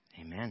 Amen